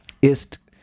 ist